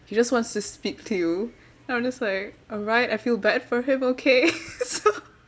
he just wants to speak to you then I just like alright I feel bad for him okay